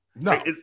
No